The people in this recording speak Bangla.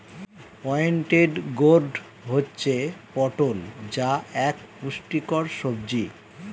পয়েন্টেড গোর্ড হচ্ছে পটল যা এক পুষ্টিকর সবজি